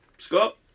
Scott